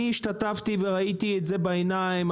אני השתתפתי וראיתי את זה בעיניים.